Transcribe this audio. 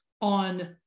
on